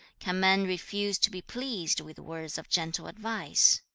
can men refuse to be pleased with words of gentle advice?